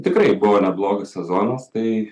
tikrai buvo neblogas sezonas tai